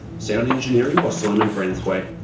sound engineering by simon branthwaite.